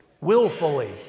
Willfully